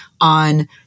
on